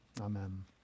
Amen